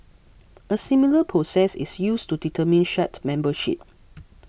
a similar process is used to determine shard membership